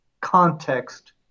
context